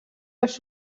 els